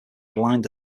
blind